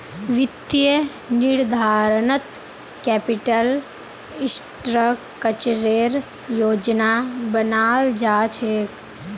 वित्तीय निर्धारणत कैपिटल स्ट्रक्चरेर योजना बनाल जा छेक